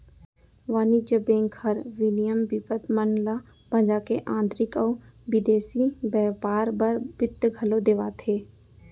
वाणिज्य बेंक हर विनिमय बिपत मन ल भंजा के आंतरिक अउ बिदेसी बैयपार बर बित्त घलौ देवाथे